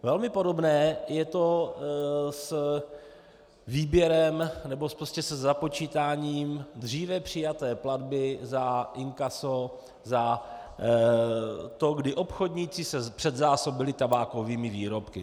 Velmi podobné je to s výběrem nebo prostě se započítáním dříve přijaté platby za inkaso, za to, kdy se obchodníci předzásobili tabákovými výrobky.